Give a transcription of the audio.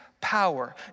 power